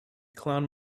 clown